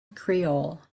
creole